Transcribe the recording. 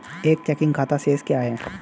एक चेकिंग खाता शेष क्या है?